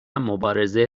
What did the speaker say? مبارزه